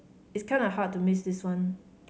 it's kinda hard to miss this one